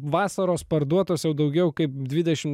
vasaros parduotos jau daugiau kaip dvidešimt